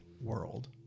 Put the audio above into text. world